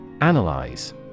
Analyze